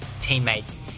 teammates